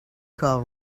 call